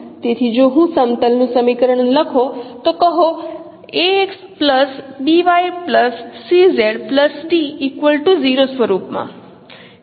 તેથી જો હું સમતલ નું સમીકરણ લખો તો કહો સ્વરૂપમાં